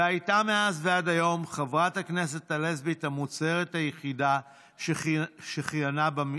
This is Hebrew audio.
והייתה מאז ועד היום חברת הכנסת הלסבית המוצהרת היחידה שכיהנה בכנסת.